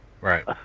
Right